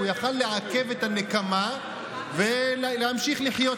הוא היה יכול לעכב את הנקמה ולהמשיך לחיות,